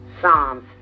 Psalms